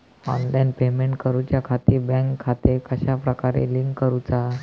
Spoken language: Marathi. ऑनलाइन पेमेंट करुच्याखाती बँक खाते कश्या प्रकारे लिंक करुचा?